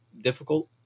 difficult